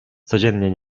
codziennie